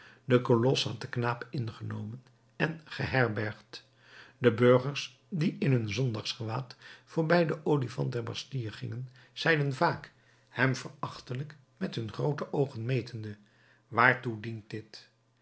de kolos had den knaap ingenomen en geherbergd de burgers die in hun zondagsgewaad voorbij den olifant der bastille gingen zeiden vaak hem verachtelijk met hun groote oogen metende waartoe dient dit